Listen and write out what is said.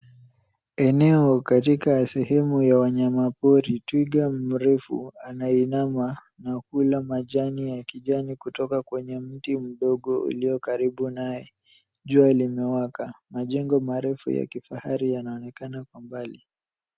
Eneo katika sehemu ya wanyamapori, twiga mrefu anainama na kula majani ya kijani kutoka kwenye mti mdogo ulio karibu naye. Jua limewaka. Majengo marefu ya kifahari yanaonekana kwa mbali.